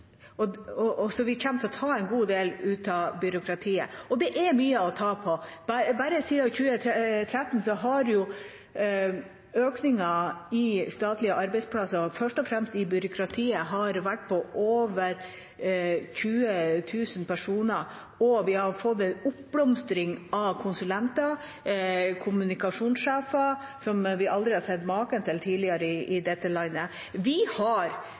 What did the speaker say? og vi kommer til å ta ut en del der. Det er mye å ta av. Bare siden 2013 har økningen i statlige arbeidsplasser, først og fremst i byråkratiet, vært på over 20 000 personer, og vi har fått en oppblomstring av konsulenter og kommunikasjonssjefer som vi aldri har sett maken til tidligere i dette landet. Alt vi har